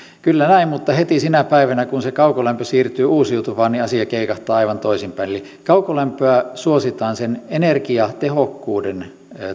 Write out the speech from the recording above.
kyllä näin mutta heti sinä päivänä kun se kaukolämpö siirtyy uusiutuvaan niin asia keikahtaa aivan toisinpäin eli kaukolämpöä suositaan sen energiatehokkuuden